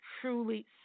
truly